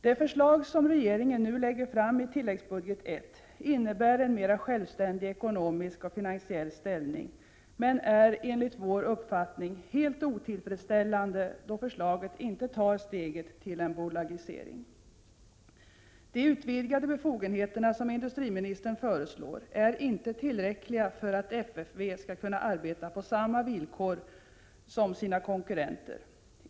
Det förslag som regeringen nu lägger fram i tilläggsbudget I innebär en mera självständig ekonomisk och finansiell ställning, men är enligt vår uppfattning helt otillfredsställande, då förslaget inte tar steget till en bolagisering. De utvidgade befogenheter som industriministern föreslår är inte tillräckliga för att FFV skall kunna arbeta på samma villkor som sina konkurrenter.